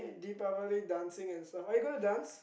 Deepavali dancing and stuff are you gonna dance